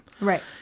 Right